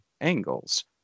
angles